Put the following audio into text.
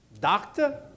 Doctor